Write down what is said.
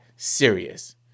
serious